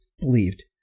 believed